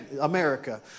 America